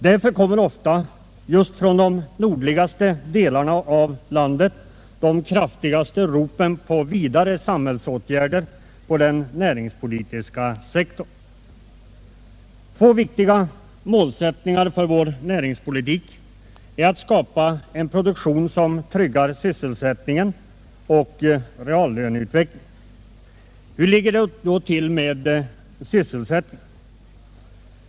Därför kommer ofta just från de nordligaste delarna av landet de kraftigaste ropen på vidare samhällsåtgärder på den näringspolitiska sektorn. En viktig målsättning för vår näringspolitik är att skapa en produktion som tryggar sysselsättningen och reallöneutvecklingen. Hur ligger det då till med sysselsättningen?